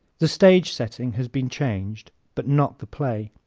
the stage-setting has been changed but not the play.